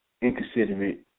inconsiderate